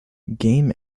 game